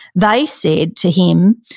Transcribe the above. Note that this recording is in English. they said to him,